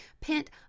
pent